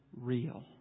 real